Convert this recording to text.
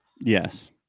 yes